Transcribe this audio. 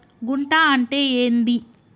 గుంట అంటే ఏంది?